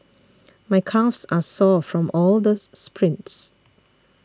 my calves are sore from all this sprints